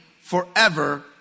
forever